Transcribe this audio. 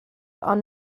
ond